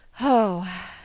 Oh